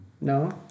No